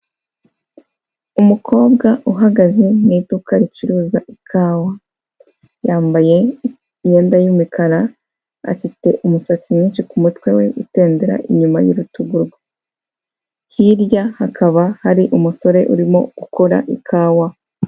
Umukobwa uhagaze mu iduka ricuruza ikawa, yambaye imyenda y'umukara, afite umusatsi mwinshi ku mutwe we utendera inyuma y'urutugu; hirya hakaba hari umusore urimo ukora ikawa.